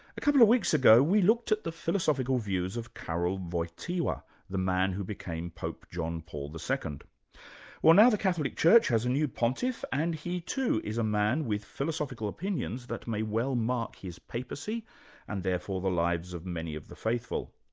a couple of weeks ago we looked at the philosophical views of karol wojtyla, the man who became pope john paul ii. well now the catholic church has a new pontiff, and he too is a man with philosophical opinions that may well mark his papacy and therefore the lives of many of the faithful.